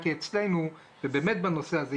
אצלנו באמת בנושא הזה,